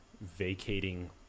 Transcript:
vacating